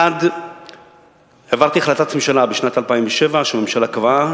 1. העברתי החלטת ממשלה בשנת 2007, והממשלה קבעה